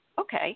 okay